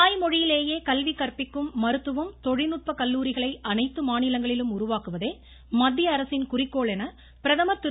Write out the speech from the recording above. தாய் மொழியிலேயே கல்வி கற்பிக்கும் மருத்துவம் தொழில்நுட்ப கல்லூரிகளை அனைத்து மாநிலங்களிலும் உருவாக்குவதே மத்தியஅரசின் குறிக்கோள் என பிரதமர் திரு